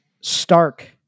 stark